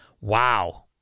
wow